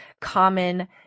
common